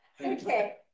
Okay